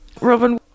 Robin